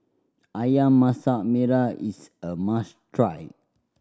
Ayam Masak Merah is a must try